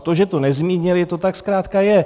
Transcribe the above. To, že to nezmínili, to tak zkrátka je.